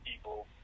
people